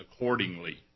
accordingly